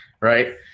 right